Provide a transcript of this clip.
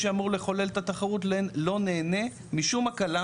שאמור לחולל את התחרות לא נהנה משום הקלה.